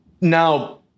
Now